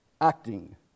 Acting